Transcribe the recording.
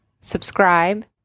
subscribe